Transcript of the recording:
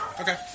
Okay